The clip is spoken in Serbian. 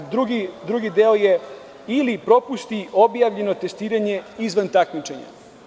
Drugi deo je – ili propusti objavljeno testiranje izvan takmičenja.